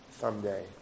someday